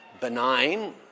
benign